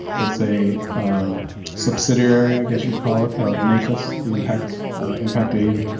it's a subsidiary. i guess you'd call it of nafis the impact impact aid.